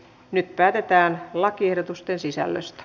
nyt päätetään lakiehdotusten sisällöstä